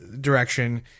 direction